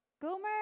Gomer